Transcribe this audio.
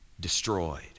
destroyed